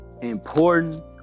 important